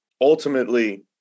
Ultimately